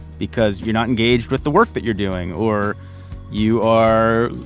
because you're not engaged with the work that you're doing or you are,